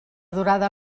durada